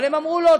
אבל הם אמרו: לא,